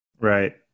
Right